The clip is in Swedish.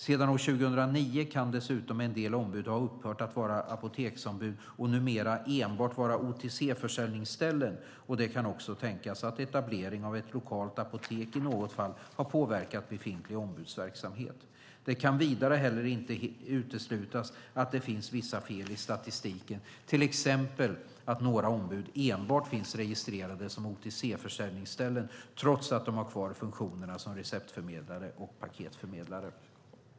Sedan år 2009 kan dessutom en del ombud ha upphört att vara apoteksombud och numera enbart vara OTC-försäljningsställen, och det kan också tänkas att etablering av ett lokalt apotek i något fall har påverkat befintlig ombudsverksamhet. Det kan vidare heller inte uteslutas att det finns vissa fel i statistiken, till exempel att några ombud enbart finns registrerade som OTC försäljningsställen trots att de har kvar funktionerna som receptförmedlare och paketförmedlare.